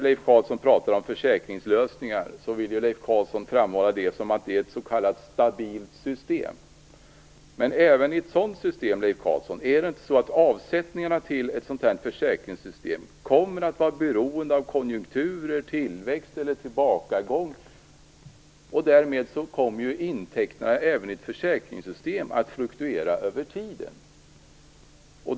Leif Carlson talade om försäkringslösningar och framhöll dessa som ett s.k. stabilt system. Även i ett sådant system kommer avsättningarna till det att vara beroende av konjunkturer, tillväxt eller tillbakagång. Därmed kommer intäkterna även i ett försäkringssytem att fluktuera över tiden.